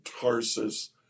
Tarsus